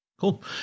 cool